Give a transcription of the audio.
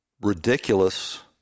ridiculous